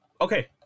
Okay